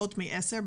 פחות מעשר,